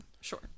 Sure